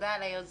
תודה על היוזמה,